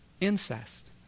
Incest